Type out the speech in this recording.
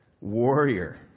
warrior